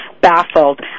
baffled